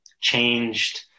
changed